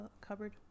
cupboard